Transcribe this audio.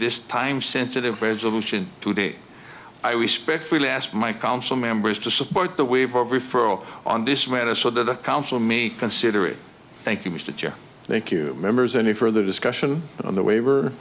this time sensitive resolution to date i respect the last my council members to support the wave of referral on this matter so that the council me considering thank you mr chair thank you members any further discussion on the waiver